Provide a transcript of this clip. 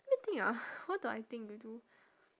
let me think ah what do I think you do